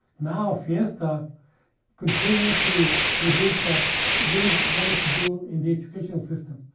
now fiesta continue to to do what we've wanted to do in the educational system,